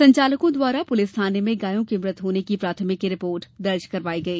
संचालकों के द्वारा पुलिस थाने में गायों के मृत होने की प्राथमिक रिपोर्ट दर्ज करवाई गई